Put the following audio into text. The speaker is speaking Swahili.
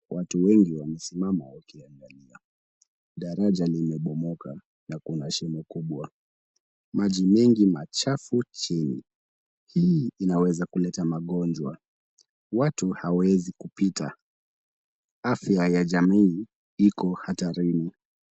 Watu wengi wamesimama wakiangalia. Daraja limebomoka na kuna shimo kubwa. Maji mengi machafu chini. Hii inaweza kuleta magonjwa. Watu hawawezi kupita. Afya ya jamii iko hatarini.